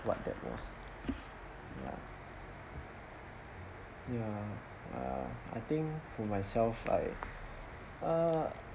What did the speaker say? what that was ya ya uh I think for myself like uh